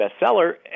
bestseller